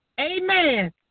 amen